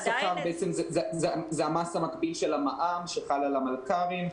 זה המס המקביל של המע"מ, שחל על המלכ"רים.